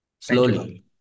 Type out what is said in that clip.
Slowly